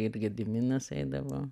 ir gediminas eidavo